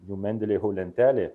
jų mendelėjevo lentelė